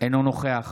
אינו נוכח